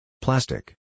Plastic